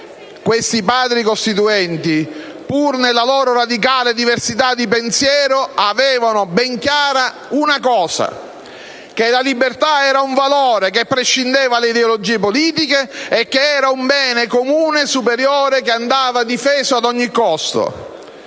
Questi Padri costituenti, pur nella loro radicale diversità di pensiero, avevano ben chiaro un principio: che la libertà era un valore che prescindeva dalle ideologie politiche, che era un bene comune e superiore che andava difeso ad ogni costo.